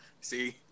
See